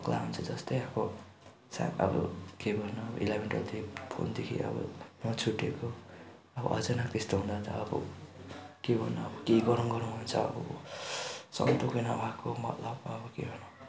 पग्ला हुन्छ जस्तै अब सायद अब के भन्नु अब फोनदेखि अब म छुट्टेको अचानक त्यस्तो हुँदा त अब के गर्नु अब के गरुँ गरुँ हुन्छ अब सब पुगेन उहाँको मतलब अब के गर्नु